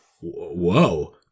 whoa